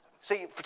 see